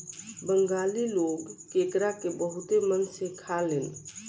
बंगाली लोग केकड़ा के बहुते मन से खालेन